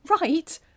Right